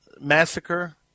massacre